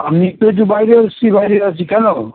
আমি ওই তো একটু বাইরে এসেছি বাইরে আছি কেন